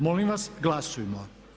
Molim vas glasujmo.